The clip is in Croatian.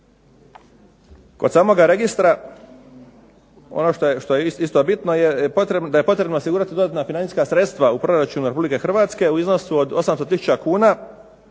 Kod samoga registra ono što je isto bitno, da je potrebno osigurati dodatna financijska sredstva u proračunu Republike Hrvatske u iznosu od 800 tisuća